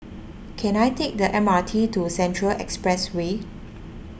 can I take the M R T to Central Expressway